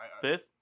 Fifth